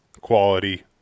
quality